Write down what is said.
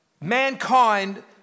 mankind